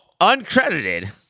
uncredited